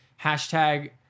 hashtag